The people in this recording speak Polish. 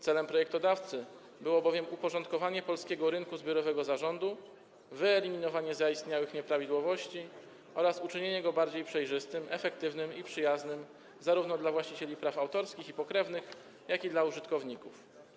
Celem projektodawcy było uporządkowanie polskiego rynku zbiorowego zarządu, wyeliminowanie zaistniałych nieprawidłowości oraz uczynienie go bardziej przejrzystym, efektywnym i przyjaznym zarówno dla właścicieli praw autorskich i pokrewnych, jak i dla użytkowników.